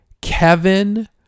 Kevin